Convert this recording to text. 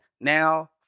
Now